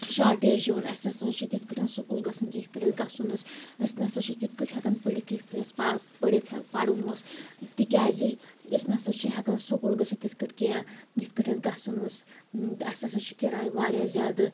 shortage یِوان أسۍ نَہ سا چھِ تِتھ کٲٹھۍ سُکوٗل گَژھان کیٚنٛہہ یِتھ کٲٹھۍ گَژھُن اوس أسۍ نَہ سا چھِ تِتھ کٲٹھۍ ہیٚکان پٔڑِھتھ کیٚنٛہہ یِتھ کٲٹھۍ اسہِ پڑھُن اوس تِکیٛازِ أسۍ نَہ سا چھِ ہیٚکان سُکوٗل گٔژھتھ تِتھ کٲٹھۍ کیٚنٛہہ یِتھ کٲٹھۍ اسہِ گَژھُن اوس اسہِ ہَسا چھِ کِراے وارِیاہ زیادٕ